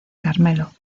carmelo